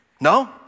No